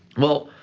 well,